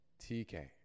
TK